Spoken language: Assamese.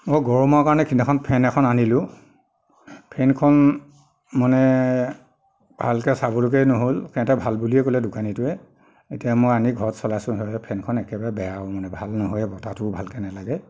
মই গৰমৰ কাৰণে সেইদিনাখন ফেন এখন আনিলোঁ ফেনখন মানে ভালকৈ চাবলৈকে নহ'ল সিহঁতে ভাল বুলিয়ে ক'লে দোকানীটোৱে এতিয়া মই আনি ঘৰত চলাইছোঁ ফেনখন একেবাৰে বেয়া আৰু মানে ভাল ন'হয়ে বতাহটোও ভালকৈ নালাগে